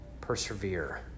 persevere